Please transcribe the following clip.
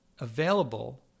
available